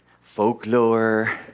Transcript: folklore